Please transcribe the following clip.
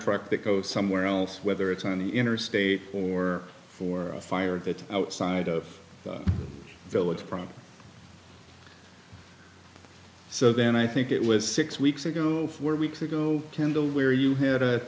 truck that go somewhere else whether it's on the interstate or for a fire that's outside of the village proper so then i think it was six weeks ago four weeks ago kendall where you had a